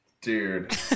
Dude